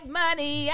money